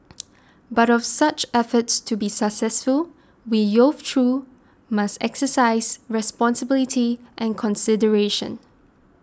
but for such efforts to be successful we youths too must exercise responsibility and consideration